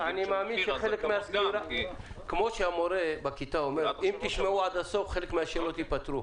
כמו שהמורה בכיתה אומר: אם תשמעו עד הסוף חלק מן השאלות ייפתר,